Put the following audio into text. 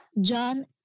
John